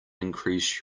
increase